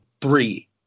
three